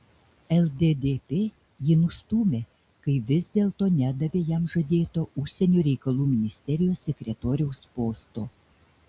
lddp jį nustūmė kai vis dėlto nedavė jam žadėto užsienio reikalų ministerijos sekretoriaus posto